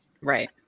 Right